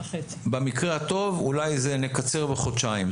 במקרה הטוב אולי נקצר בחודשיים.